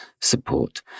support